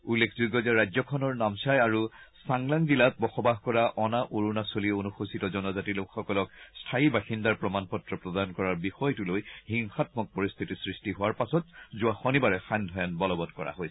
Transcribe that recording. উল্লেখযোগ্য যে ৰাজ্যখনৰ নামচাই আৰু চাংলাং জিলাত বসবাস কৰা অনা অৰুণাচলী অনুসূচীত জনজাতি লোকসকলক স্থায়ী বাসিন্দাৰ প্ৰমাণপত্ৰ প্ৰদান কৰাৰ বিষয়টো লৈ হিংসাম্মক পৰিস্থিতি সৃষ্টি হোৱাৰ পাছত যোৱা শনিবাৰে সান্ধ্য আইন বলবৎ কৰা হৈছে